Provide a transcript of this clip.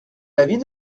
l’avis